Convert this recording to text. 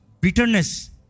bitterness